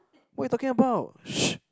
what are you talking about